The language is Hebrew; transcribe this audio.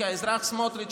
כי האזרח סמוטריץ',